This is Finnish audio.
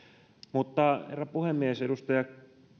mutta herra puhemies edustaja